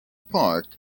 part